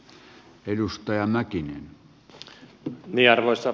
arvoisa puhemies